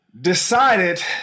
decided